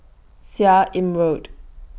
Seah Im Road